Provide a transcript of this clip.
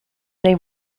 they